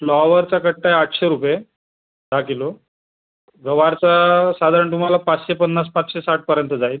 फ्लॉवरचा कट्टा आहे आठशे रुपये दहा किलो गवारचा साधारण तुम्हाला पाचशे पन्नास पाचशे साठपर्यंत जाईल